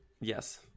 yes